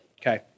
Okay